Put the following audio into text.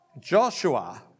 Joshua